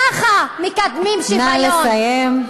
ככה מקדמים שוויון,